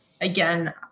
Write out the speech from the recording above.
again